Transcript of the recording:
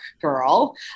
girl